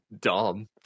dumb